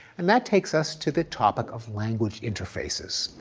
and that takes us to the topic of language interfaces.